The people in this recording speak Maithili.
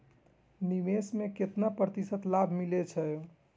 निवेश में केतना प्रतिशत लाभ मिले छै?